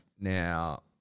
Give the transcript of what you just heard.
Now